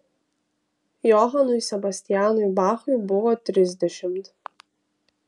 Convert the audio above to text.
johanui sebastianui bachui buvo trisdešimt